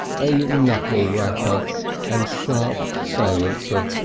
a knuckle rapper and sharp silencer,